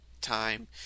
time